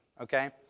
okay